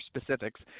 specifics